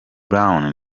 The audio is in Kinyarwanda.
brown